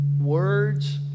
words